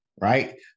right